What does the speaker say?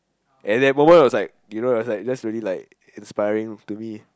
at that point I was like you know like that really like inspiring to me